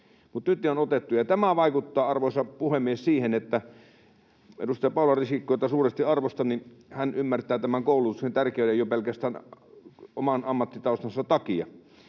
mutta nyt ne on otettu, ja tämä vaikuttaa, arvoisa puhemies asiaan. Edustaja Paula Risikko, jota suuresti arvostan, ymmärtää tämän koulutuksen tärkeyden jo pelkästään oman ammattitaustansa takia,